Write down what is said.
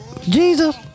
Jesus